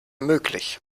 möglich